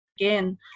again